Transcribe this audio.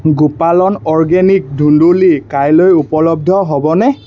গোপালন অর্গেনিক ধুন্দুলি কাইলৈ উপলব্ধ হ'বনে